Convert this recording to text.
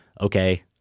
okay